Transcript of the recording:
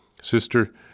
Sister